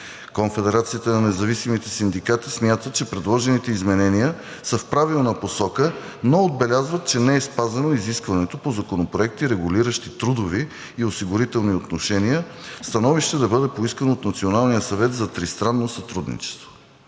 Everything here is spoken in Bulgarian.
Конфедерацията на независимите синдикати смята, че предложените изменения са в правилна посока, но отбелязват, че не е спазено изискването по законопроекти, регулиращи трудови и осигурителни отношения, да бъде поискано становище от Националния съвет за тристранно сътрудничество.